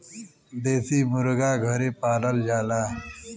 देसी मुरगा घरे पालल जाला